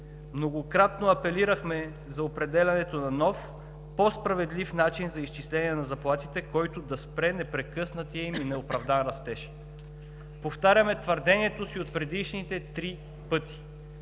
Многократно апелирахме за определянето на нов по-справедлив начин за изчисление на заплатите, който да спре непрекъснатия им и неоправдан растеж. Повтаряме твърдението си от предишните три пъти.